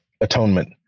atonement